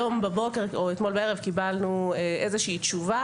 היום בבוקר או אתמול בערב קיבלנו איזושהי תשובה